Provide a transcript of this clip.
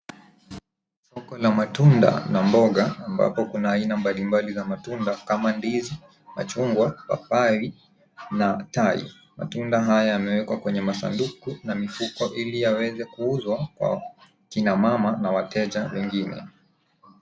Soko la matunda na mboga ambako kuna aina mbalimbali ya matunda kama ndizi, machungwa, papai na tai. Matunda haya yamewekwa kwenye masanduku na mifuko ili yaweze kuuzwa kwa kina mama na wateja wengine.